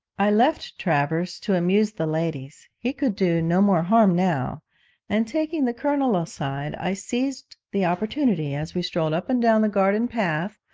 i left travers to amuse the ladies he could do no more harm now and taking the colonel aside, i seized the opportunity, as we strolled up and down the garden path,